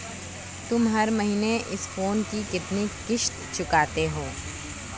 तुम हर महीने इस फोन की कितनी किश्त चुकाते हो?